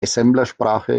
assemblersprache